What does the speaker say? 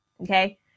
okay